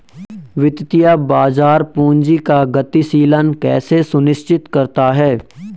वित्तीय बाजार पूंजी का गतिशीलन कैसे सुनिश्चित करता है?